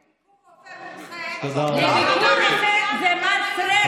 לרופא, לביקור רופא מומחה, לביקור רופא זה מס רחם.